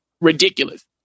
ridiculous